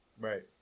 right